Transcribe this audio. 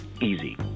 Easy